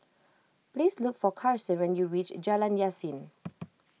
please look for Carson when you reach Jalan Yasin